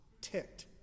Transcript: ticked